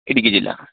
ഇടുക്കി ജില്ല